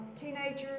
teenagers